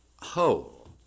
whole